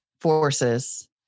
forces